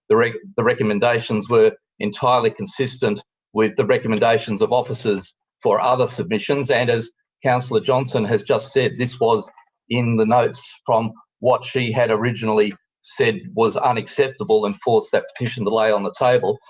the the recommendations were entirely consistent with the recommendations of officers for other submissions and, as councillor johnston has just said, this was in the notes from what she had originally said was unacceptable and forced that petition to lay on the table.